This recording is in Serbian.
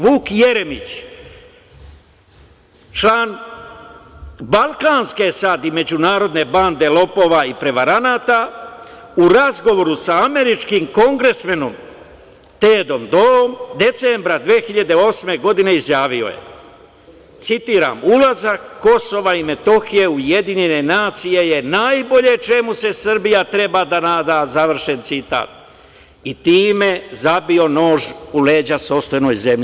Vuk Jeremić, član balkanske i međunarodne bande lopova i prevaranata, u razgovoru sa američkim kongresmenom Tedom Doom, decembra 2008. godine izjavio je, citiram: "Ulazak Kosova i Metohije u UN je najbolje čemu se Srbija treba da nada", završen citat, i time zabio nož u leđa sopstvenoj zemlji.